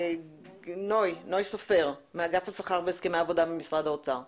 נוי סופר מאגף השכר והסכמי עבודה במשרד האוצר.